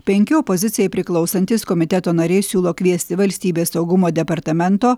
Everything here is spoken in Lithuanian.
penki opozicijai priklausantys komiteto nariai siūlo kviesti valstybės saugumo departamento